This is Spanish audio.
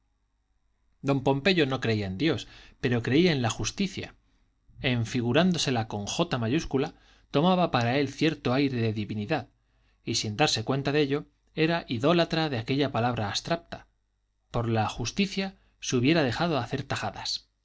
don pompeyo no creía en dios pero creía en la justicia en figurándosela con j mayúscula tomaba para él cierto aire de divinidad y sin darse cuenta de ello era idólatra de aquella palabra abstracta por la justicia se hubiera dejado hacer tajadas